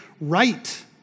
right